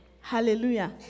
Hallelujah